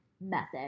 method